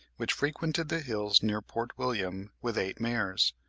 which frequented the hills near port william with eight mares.